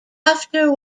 after